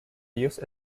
use